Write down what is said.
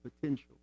potential